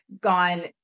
gone